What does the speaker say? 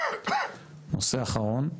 נושא אחרון,